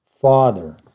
Father